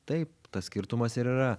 taip tas skirtumas ir yra